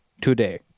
today